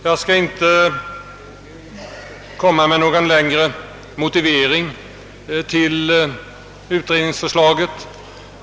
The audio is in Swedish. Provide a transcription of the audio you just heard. Jag skall inte komma med någon längre motivering till förslaget om utredning.